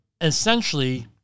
essentially